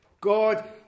God